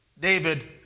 David